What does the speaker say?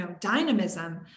dynamism